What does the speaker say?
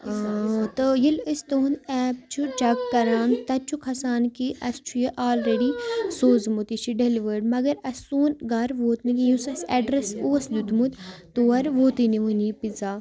تہٕ ییٚلہِ أسۍ تُہُنٛد ایپ چھُ چٮ۪ک کَران تَتہِ چھُ کھَسان کہِ اَسہِ چھُ یہِ آلرٮ۪ڈی سوٗزمُت یہِ چھِ ڈیلوٲڈ مگر اَسہِ سون گَر ووت نہٕ یہِ یُس اَسہِ ایڈرٮ۪س اوس دیُٚتمُت تور ووتُے نہٕ وُنہِ یہِ پِزا